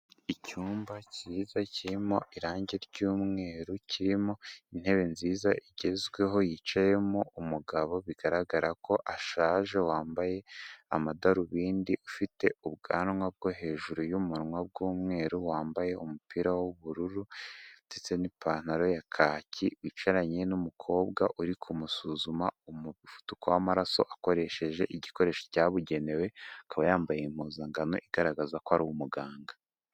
Icyumba kiza kirimo irangi ry'umweru, kirimo intebe nziza igezweho yicayemo umugabo bigaragara ko ashaje, wambaye amadarubindi, ufite ubwanwa bwo hejuru y'umunwa bw'umweru, wambaye umupira w'ubururu ndetse n'ipantaro ya kaki, wicaranye n'umukobwa uri kumusuzuma umuvuduko w'amaraso, akoresheje igikoresho cyabugenewe akaba yambaye impuzangano igaragaza ko ari umuganga.